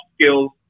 skills